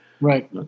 Right